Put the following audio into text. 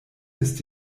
ist